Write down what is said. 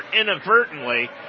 inadvertently